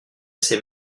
ses